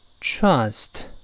trust